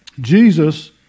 Jesus